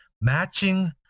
matching